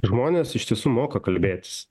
žmonės iš tiesų moka kalbėtis